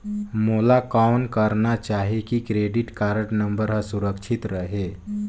मोला कौन करना चाही की क्रेडिट कारड नम्बर हर सुरक्षित रहे?